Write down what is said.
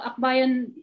akbayan